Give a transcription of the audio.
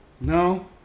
No